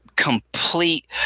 complete